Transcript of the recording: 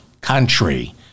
country